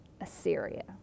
Assyria